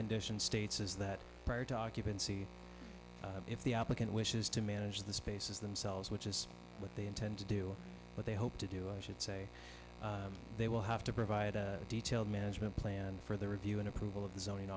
condition states is that documents see if the applicant wishes to manage the spaces themselves which is what they intend to do what they hope to do i should say they will have to provide a detailed management plan for the review and approval